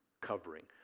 covering